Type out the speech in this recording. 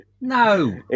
No